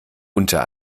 unter